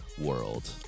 world